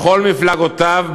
לכל מפלגותיו,